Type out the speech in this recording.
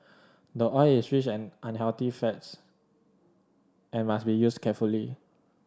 the oil is rich an unhealthy fats and must be used carefully